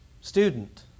student